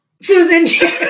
Susan